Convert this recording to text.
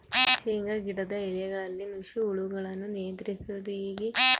ಶೇಂಗಾ ಗಿಡದ ಎಲೆಗಳಲ್ಲಿ ನುಷಿ ಹುಳುಗಳನ್ನು ನಿಯಂತ್ರಿಸುವುದು ಹೇಗೆ?